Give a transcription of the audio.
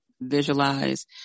visualize